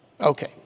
Okay